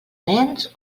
nens